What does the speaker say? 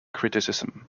criticism